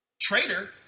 Traitor